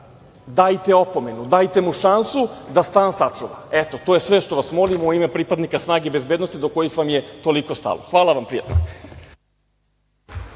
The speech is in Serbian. dajte opomenu, dajte šansu da stan sačuva. To je sve što vas molimo u ime pripadnika snage bezbednosti, do kojih vam je toliko stalo. Hvala. **Marina